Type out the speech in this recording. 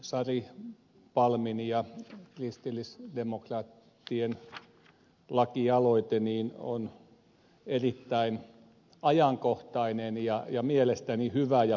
sari palmin ja kristillisdemokraattien lakialoite on erittäin ajankohtainen ja mielestäni hyvä ja perusteltu